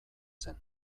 zen